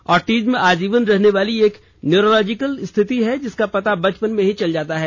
autism आजीवन रहने वाली एक न्यूरोलॉजिकल स्थिति है जिसका पता बचपन में ही चल जाता है